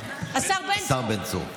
השר בן צור.